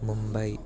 Mumbai